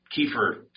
Kiefer